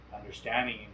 understanding